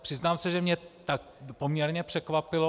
Přiznám se, že mě poměrně překvapilo.